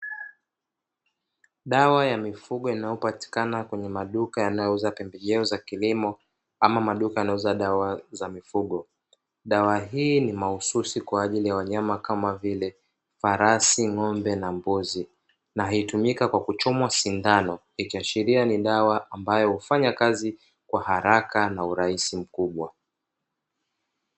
Dawa ya mifugo inayopatikana kwenye maduka yanayouza pembejeo za kilimo ama maduka yanayouza dawa za mifugo. Dawa hii ni mahususi kwa ajili ya wanyama kama vile; farsi, ng'ombe na mbuzi, na hutumika kwa kuchomwa sindano, ikiashiria ni dawa ambayo hufanya kazi kwa haraka na urahisi mkubwa.